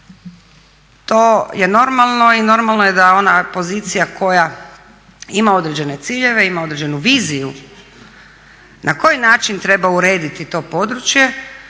to je normalno i normalno je da ona pozicija koja ima određene ciljeve, ima određenu viziju na koji način treba urediti to područje